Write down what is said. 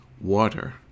water